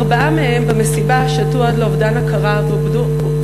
ארבעה מהם שתו במסיבה עד לאובדן הכרה ופונו